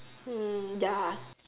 mm ya